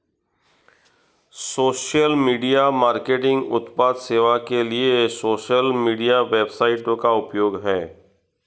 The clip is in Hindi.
सोशल मीडिया मार्केटिंग उत्पाद सेवा के लिए सोशल मीडिया वेबसाइटों का उपयोग है